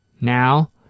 Now